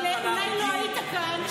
אולי לא היית כאן,